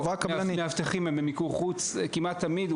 מאבטחים הם במיקור חוץ כמעט תמיד,